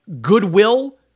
goodwill